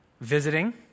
visiting